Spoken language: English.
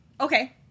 Okay